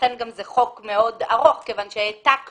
לכן זה גם חוק מאוד ארוך כיוון שהעתקנו